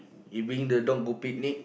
you bring the dog go picnic